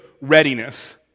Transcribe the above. readiness